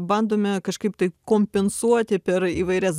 bandome kažkaip tai kompensuoti per įvairias